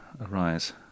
arise